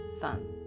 fun